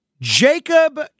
Jacob